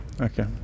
Okay